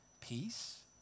peace